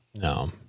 No